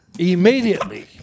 Immediately